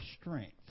strength